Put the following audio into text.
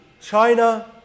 China